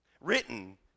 written